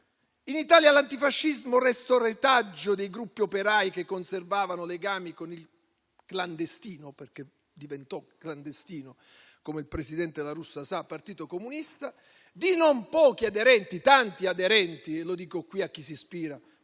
In Italia l'antifascismo restò retaggio dei gruppi operai che conservavano legami con il clandestino, perché diventò clandestino, come il presidente La Russia sa, il Partito Comunista, di non pochi aderenti, tanti aderenti - lo dico qui a chi vi si ispira